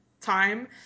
time